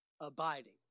abiding